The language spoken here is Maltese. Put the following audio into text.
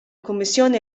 kummissjoni